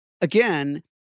Again